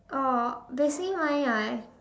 oh basically mine right